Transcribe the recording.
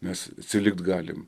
mes atsilikt galim